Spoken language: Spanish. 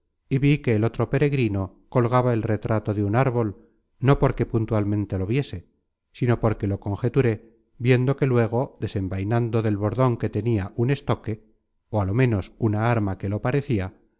y vi que el otro peregrino colgaba el retrato de un árbol no porque puntualmente lo viese sino porque lo conjeturé viendo que luego desenvainando del bordon que tenia un estoque ó á lo menos una arma que lo parecia